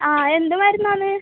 ആ എന്ത് മരുന്നാണ്